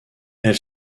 elle